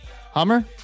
Hummer